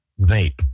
vape